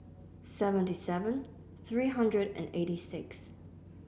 seventy seven three hundred and eighty six